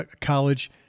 college